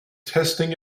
testing